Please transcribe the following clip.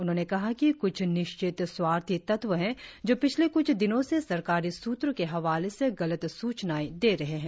उन्होंने कहा कि क्छ निश्चित स्वार्थी तत्व हैं जो पिछले कुछ दिनों से सरकारी स्त्रों के हवाले से गलत स्चनाएं दे रहे हैं